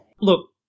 Look